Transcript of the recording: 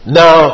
now